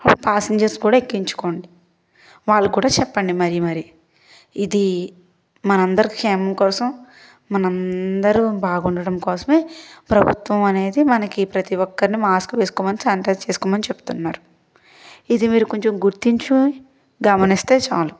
passengers కూడా ఎక్కించుకోండి వాళ్లక్కూడా చెప్పండి మరీ మరీ ఇది మనందరి క్షేమం కోసం మనందరూ బాగుండడం కోసమే ప్రభుత్వమనేది మనకి ప్రతి ఒక్కర్ని మాస్క్ వేసుకోమని శానిటైజ్ చేసుకోమని చెప్తున్నారు ఇది మీరు కొంచెం గుర్తించి గమనిస్తే చాలు